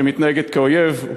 שמתנהגת כאויב.